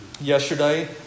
Yesterday